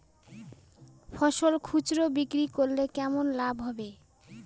ফসল খুচরো বিক্রি করলে কেমন লাভ হবে?